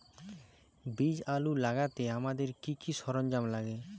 বীজ আলু লাগাতে আমাদের কি কি সরঞ্জাম লাগে?